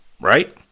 Right